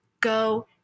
go